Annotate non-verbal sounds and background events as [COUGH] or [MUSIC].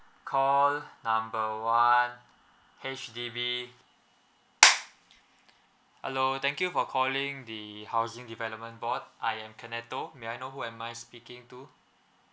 call number one H_D_B [NOISE] hello thank you for calling the housing development board I am kenato may I know who am I speaking to